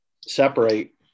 separate